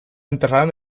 enterrado